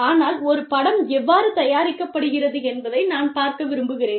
ஆனால் ஒரு படம் எவ்வாறு தயாரிக்கப்படுகிறது என்பதை நான் பார்க்க விரும்புகிறேன்